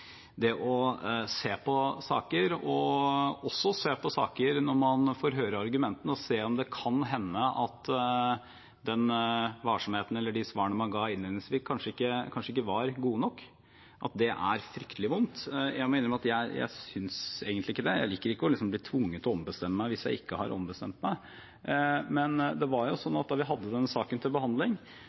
det å se på saker, når man får høre argumentene, og se om det kan hende at varsomheten i det eller det svaret man ga innledningsvis, kanskje ikke var godt nok, er fryktelig vondt. Jeg må innrømme at jeg synes egentlig ikke det. Jeg liker ikke å bli tvunget til å ombestemme meg hvis jeg ikke har ombestemt meg, men da vi hadde denne saken til behandling,